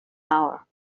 hour